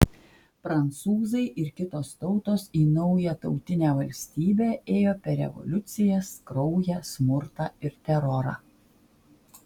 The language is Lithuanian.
prancūzai ir kitos tautos į naują tautinę valstybę ėjo per revoliucijas kraują smurtą ir terorą